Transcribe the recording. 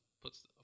puts